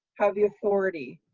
have any authority,